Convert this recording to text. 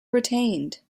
retained